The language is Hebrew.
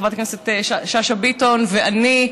חברת הכנסת שאשא ביטון ואני.